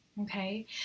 Okay